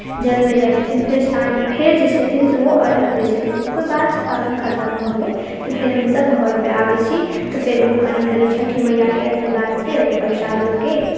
जलमे जाइत छथिन फेर साँझ फेर जे छथिन ओ अर्घ्य दैत छथिन ओकर बाद जे पाबनि खत्म भऽ गेल तऽ फेर हमसभ घरपर आबैत छी तऽ फेर ओ कनि कनि छठि मैयाके आशीर्वादसँ ओ प्रसाद लऽ के